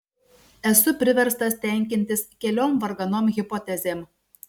esu priverstas tenkintis keliom varganom hipotezėm